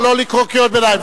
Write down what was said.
לא לקרוא קריאות ביניים.